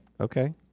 Okay